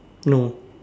no